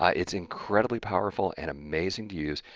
ah it's incredibly powerful and amazing to use.